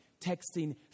texting